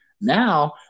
Now